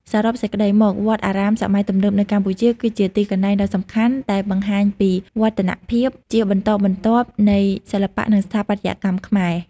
សរុបសេចក្ដីមក វត្តអារាមសម័យទំនើបនៅកម្ពុជា គឺជាទីកន្លែងដ៏សំខាន់ដែលបង្ហាញពីវឌ្ឍនភាពជាបន្តបន្ទាប់នៃសិល្បៈ និងស្ថាបត្យកម្មខ្មែរ។